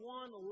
one